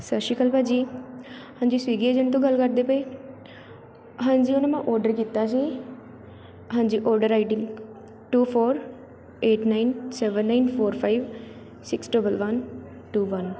ਸਤਿ ਸ਼੍ਰੀ ਅਕਾਲ ਭਾਅ ਜੀ ਹਾਂਜੀ ਸਵਿਗੀ ਏਜੰਟ ਤੋਂ ਗੱਲ ਕਰਦੇ ਪਏ ਹਾਂਜੀ ਉਹ ਨਾ ਮੈਂ ਔਡਰ ਕੀਤਾ ਸੀ ਹਾਂਜੀ order I D two four eight nine seven nine four five six double one two one